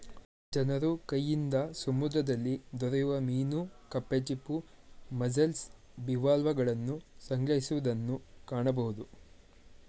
ಜನರು ಕೈಯಿಂದ ಸಮುದ್ರದಲ್ಲಿ ದೊರೆಯುವ ಮೀನು ಕಪ್ಪೆ ಚಿಪ್ಪು, ಮಸ್ಸೆಲ್ಸ್, ಬಿವಾಲ್ವಗಳನ್ನು ಸಂಗ್ರಹಿಸುವುದನ್ನು ಕಾಣಬೋದು